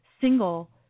single